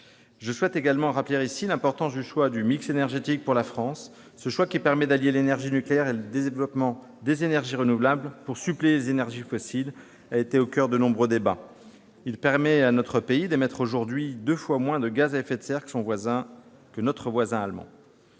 Je souhaite également rappeler l'importance du choix du mix énergétique pour la France. Ce choix, qui permet d'allier l'énergie nucléaire et le développement des énergies renouvelables pour suppléer les énergies fossiles, a été au coeur de nombreux débats. Il permet à notre pays d'émettre aujourd'hui deux fois moins de gaz à effet de serre que son voisin allemand.